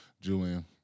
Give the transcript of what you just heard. Julian